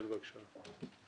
כן, בבקשה.